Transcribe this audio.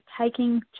taking